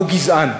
הוא גזען.